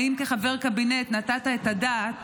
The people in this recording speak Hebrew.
האם כחבר קבינט נתת את הדעת